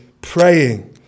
praying